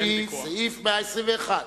לפי סעיף 121,